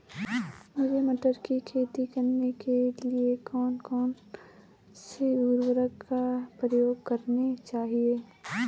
मुझे मटर की खेती करने के लिए कौन कौन से उर्वरक का प्रयोग करने चाहिए?